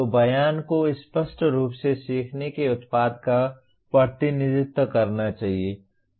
तो बयान को स्पष्ट रूप से सीखने के उत्पाद का प्रतिनिधित्व करना चाहिए